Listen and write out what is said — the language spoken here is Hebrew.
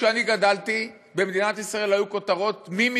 כשאני גדלתי במדינת ישראל היו כותרות: מי